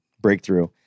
breakthrough